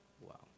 Wow